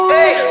Hey